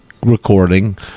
recording